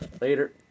Later